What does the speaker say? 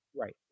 Right